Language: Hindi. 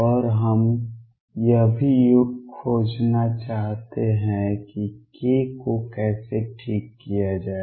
और हम यह भी खोजना चाहते हैं कि k को कैसे ठीक किया जाए